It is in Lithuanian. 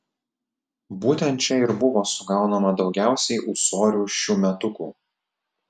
būtent čia ir buvo sugaunama daugiausiai ūsorių šiųmetukų